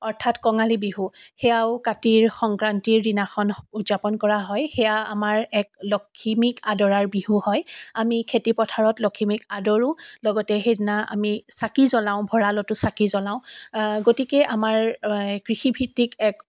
অৰ্থাৎ কঙালী বিহু সেয়াও কাতিৰ সংক্ৰান্তিৰ দিনাখন উদযাপন কৰা হয় সেয়া আমাৰ এক লখিমীক আদৰাৰ বিহু হয় আমি খেতি পথাৰত লখিমীক আদৰোঁ লগতে সেইদিনা আমি চাকি জ্বলাওঁ ভঁৰালতো চাকি জ্বলাওঁ গতিকে আমাৰ কৃষিভিত্তিক এক